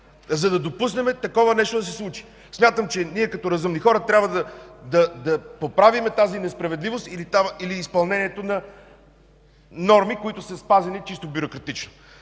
за да допуснем да се случи такова нещо! Смятам, че като разумни хора трябва да поправим тази несправедливост или изпълнението на норми, които са спазени чисто бюрократично.